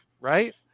right